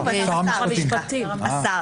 סליחה, השר,